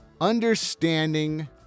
understanding